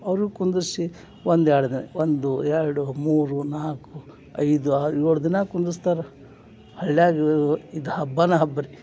ಅವರು ಕುಂದರ್ಸಿ ಒಂದು ಎರಡು ದಿನ ಒಂದು ಎರಡು ಮೂರು ನಾಲ್ಕು ಐದು ಆರು ಏಳು ದಿನ ಕುಂದಸ್ತಾರೆ ಹಳ್ಳಿಯಾಗ ಇದು ಹಬ್ಬಾನೇ ಹಬ್ಬ ರೀ